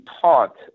taught